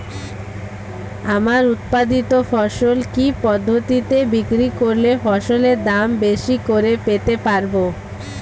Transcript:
আমার উৎপাদিত ফসল কি পদ্ধতিতে বিক্রি করলে ফসলের দাম বেশি করে পেতে পারবো?